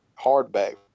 hardback